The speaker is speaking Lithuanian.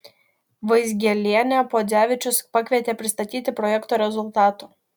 vaizgielienę podzevičius pakvietė pristatyti projekto rezultatų